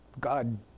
God